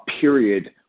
period